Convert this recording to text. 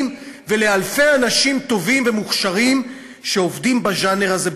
ולאלפי אנשים טובים ומוכשרים שעובדים בז'אנר הזה,